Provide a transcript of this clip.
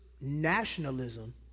nationalism